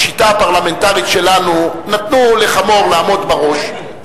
בשיטה הפרלמנטרית שלנו נתנו לחמור לעמוד בראש,